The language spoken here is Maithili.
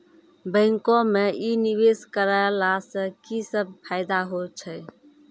बैंको माई निवेश कराला से की सब फ़ायदा हो छै?